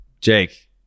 Jake